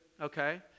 Okay